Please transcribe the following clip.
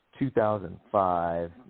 2005